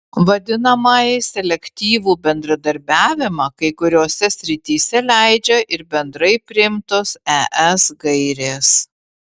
vadinamąjį selektyvų bendradarbiavimą kai kuriose srityse leidžia ir bendrai priimtos es gairės